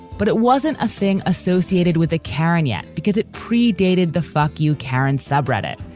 but it wasn't a thing associated with a karen yet because it predated the fuck you. karen subrata it.